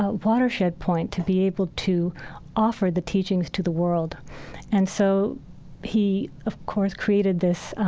ah watershed point to be able to offer the teachings to the world and so he, of course, created this